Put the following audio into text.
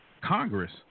Congress